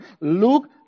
Luke